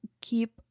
keep